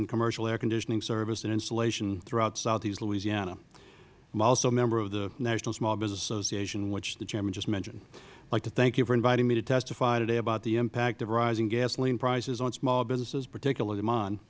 in commercial air conditioning service and installation throughout southeast louisiana i am also a member of the national small business association which the chairman just mentioned i would like to thank you for inviting me to testify today about the impact of rising gasoline prices on small businesses particularly mine